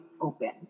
open